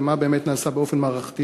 ומה נעשה באופן מערכתי